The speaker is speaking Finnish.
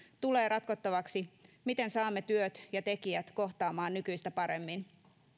tulee ratkottavaksi miten saamme työt ja tekijät kohtaamaan nykyistä paremmin